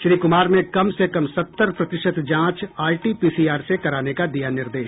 श्री क्मार ने कम से कम सत्तर प्रतिशत जांच आरटीपीसीआर से कराने का दिया निर्देश